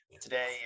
Today